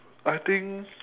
I think